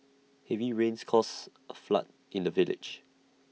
heavy rains caused A flood in the village